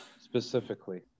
specifically